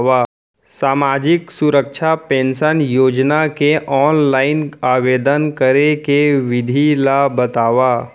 सामाजिक सुरक्षा पेंशन योजना के ऑनलाइन आवेदन करे के विधि ला बतावव